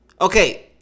Okay